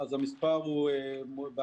אז המספר בהתאמה,